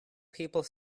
people